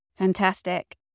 Fantastic